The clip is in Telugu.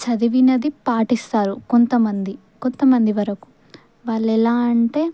చదివినది పాటిస్తారు కొంతమంది కొంతమంది వరకు వాళ్ళు ఎలా అంటే